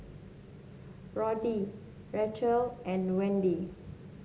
Roddy Racheal and Wendy